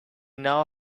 now